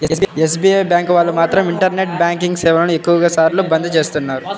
SBI bank వాళ్ళు మాత్రం internet banking సేవలను ఎక్కువ సార్లు బంద్ చేస్తున్నారు